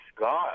God